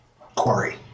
quarry